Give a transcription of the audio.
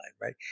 right